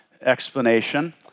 explanation